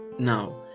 now,